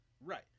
Right